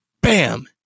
bam